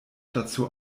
dazu